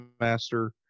master